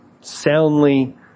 soundly